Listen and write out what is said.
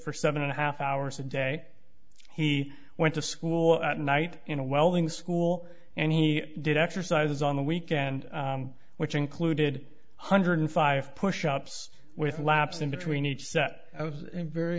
for seven and a half hours a day he went to school at night in a welding school and he did exercises on the weekend which included hundred five pushups with laps in between each step i was very